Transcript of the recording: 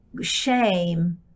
shame